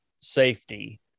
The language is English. safety